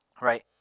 right